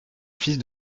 fils